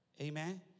Amen